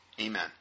Amen